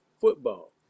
football